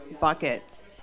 buckets